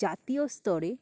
জাতীয় স্তরে